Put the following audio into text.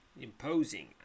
imposing